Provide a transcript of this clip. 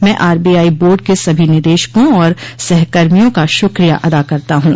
मैं RBI board को सभी निदेशकों और सहकर्मियों का शुक्रिया अदा करता हूँ